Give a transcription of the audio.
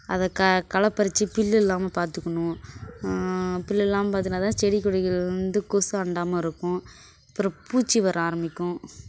அதை க களை பறித்து புல்லு இல்லாமல் பார்த்துக்குணும் புல்லு இல்லாமல் பார்த்துக்கிட்டா தான் செடி கொடிகள் வந்து கொசு அண்டாமல் இருக்கும் அப்புறம் பூச்சி வர ஆரம்பிக்கும்